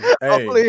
hey